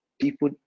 People